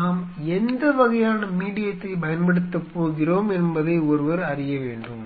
நாம் எந்த வகையான மீடியத்தைப் பயன்படுத்தப் போகிறோம் என்பதை ஒருவர் அறிய வேண்டும்